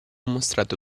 mostrato